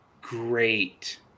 great